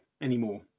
anymore